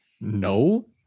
no